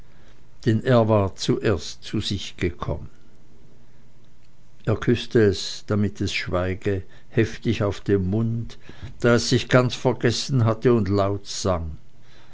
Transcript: denn er war zuerst zu sich gekommen er küßte es damit es schweige heftig auf den mund da es sich ganz vergessen hatte und laut sang